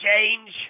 change